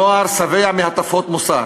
הנוער שבע מהטפות מוסר,